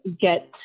get